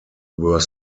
were